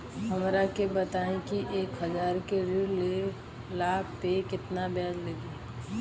हमरा के बताई कि एक हज़ार के ऋण ले ला पे केतना ब्याज लागी?